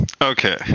Okay